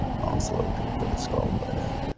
wrong soliloquy for the skull, but